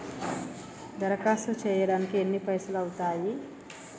దరఖాస్తు చేయడానికి ఎన్ని పైసలు అవుతయీ?